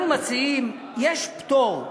אנחנו מציעים: יש פטור,